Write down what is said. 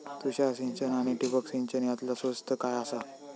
तुषार सिंचन आनी ठिबक सिंचन यातला स्वस्त काय आसा?